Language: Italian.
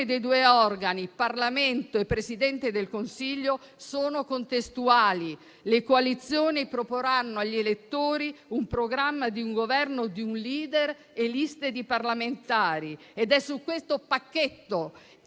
dei due organi, Parlamento e Presidente del Consiglio, sono contestuali; le coalizioni proporranno agli elettori un programma di Governo ed un *leader* e liste di parlamentari. Ed è su questo pacchetto di